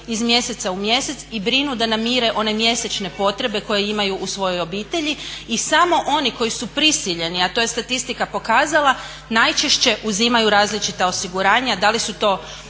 iz mjeseca u mjesec i brinu da namire one mjesečne potrebe koje imaju u svojoj obitelji. I samo oni koji su prisiljeni, a to je statistika pokazala najčešće uzimaju različita osiguranja. Da li su to